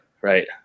right